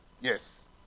Yes